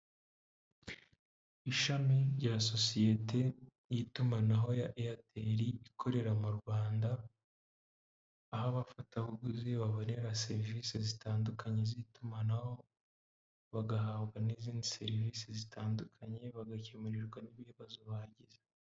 Ishami rya sosiyete y'itumanaho ya AIRTEL ikorera mu Rwanda, aho abafatabuguzi babonera serivisi zitandukanye z'itumanaho, bagahabwa n'izindi serivisi zitandukanye bagakemurirwa n'ibibazo bagize.